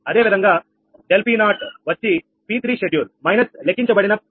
అదేవిధంగా ∆𝑃0 వచ్చి P3 schedule minus లెక్కించబడిన 𝑃0